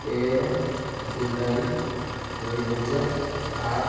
ତେର ଜୁଲାଇ ଦୁଇ ହଜାର ଆଠ